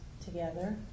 together